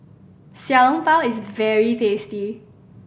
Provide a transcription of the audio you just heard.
Xiao Long Bao is very tasty